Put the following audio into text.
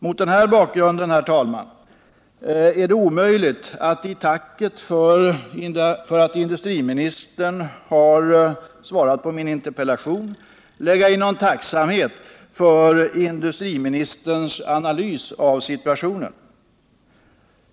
Mot den här bakgrunden, herr talman, är det omöjligt att i tacket för att industriministern har svarat på min interpellation lägga in någon tacksamhet för hans analys av situationen.